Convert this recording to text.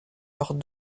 leurs